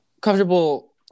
comfortable